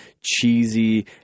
cheesy